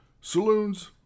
Saloons